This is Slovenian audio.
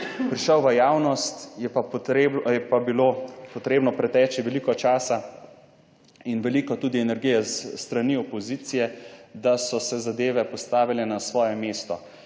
potrebno, je pa bilo potrebno preteči veliko časa in veliko tudi energije s strani opozicije, da so se zadeve postavile na svoje mesto